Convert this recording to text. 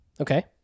okay